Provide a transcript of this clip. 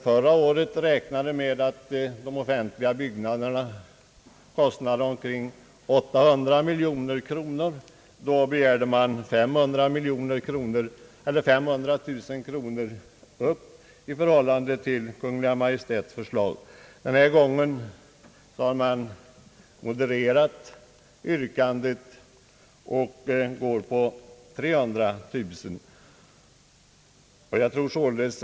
Förra året, då de offentliga byggnaderna beräknades kosta omkring 800 miljoner kronor, begärde motionärerna i frågan en ökning av ramen för konstbeställningar med 500 000 kronor i förhållande till Kungl. Maj:ts förslag. I år har yrkandet modifierats till att avse en ökning med 390 000 kronor; detta sagt inom parentes.